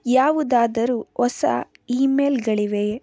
ಯಾವುದಾದರೂ ಹೊಸ ಇ ಮೇಲ್ಗಳಿವೆಯೇ